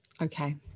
Okay